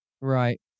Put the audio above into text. Right